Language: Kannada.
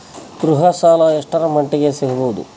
ಗೃಹ ಸಾಲ ಎಷ್ಟರ ಮಟ್ಟಿಗ ಸಿಗಬಹುದು?